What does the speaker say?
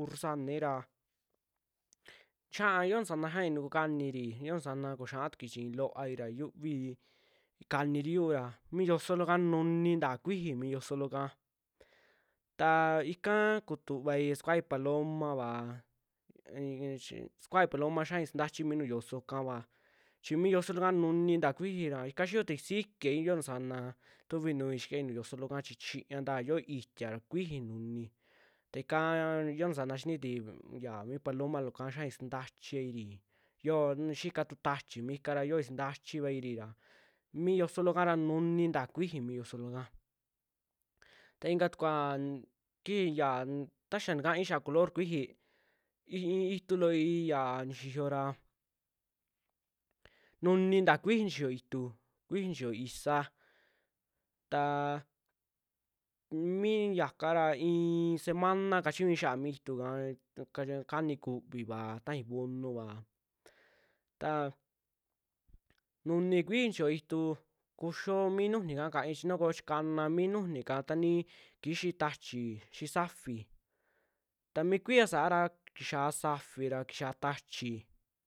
urru sanai ra xia yo nuu sana xiaai tukukaniri, xio nu sana koo xia tukui chi looai ya yuviiri kaniri yuu ra, mi yosoo looka nuni ntaa kuixi mi yosoka, ta ika kutuvai sukuai palomava ai- nchi sukuai paloma xiai sintachi mi nuju xioyokava, chi i yosoloka nunintaa kuixi ra ika xiyotai sikiai yoo nu sana tuvi nuui xikai nuju yosoloka chi chiñantaa yio itiaa ra kuiji nuni, ta ikaa yo nu sana xinii tuiv mi paloma looka xiai sintachiairi yoo xika tu tachi mi ikara yoi sintachivairi ra mi yoso loo kaara nuni ntaa kuiji mi yoso looka, ta ika tukua nki- ya n ta xaa ntakai xia color kuiji i- i'i ituu looi ya ni xiyoora, nuni ntaa kuiji nixio ituu, kuiji nixio isa taa miyaka ra i'in semanana kachiñui xiaa mi ituuka ika- kani kuuviva, tajai vonuva taa nuni kuiji nixiyo ituu kuxio mi nujunika kain chi nakochi ka'ana mi nujunika ta nii kixii tachi xi'i safi, ta mi kuiya saara kixaa safira kixaa tachii.